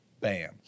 Bam